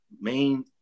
main